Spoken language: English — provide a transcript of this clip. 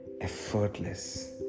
effortless